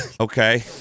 okay